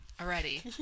already